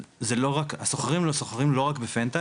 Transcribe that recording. זה לא רק, הסוחרים לא רק סוחרים רק ב-FENTA,